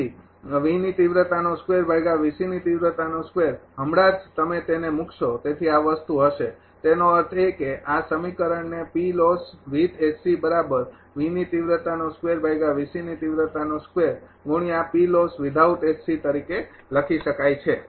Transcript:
તેથી હમણાં જ તમે તેને મૂકશો તેથી આ વસ્તુ હશે તેનો અર્થ એ કે આ સમીકરણને તરીકે લખી શકાય છે